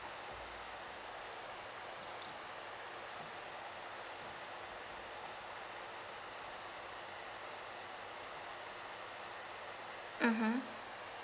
mmhmm